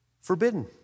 forbidden